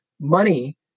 money